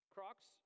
Crocs